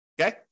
Okay